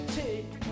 take